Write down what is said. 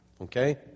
Okay